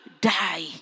die